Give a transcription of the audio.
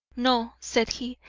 no, said he,